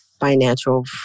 financial